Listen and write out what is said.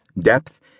depth